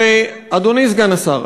אדוני סגן השר,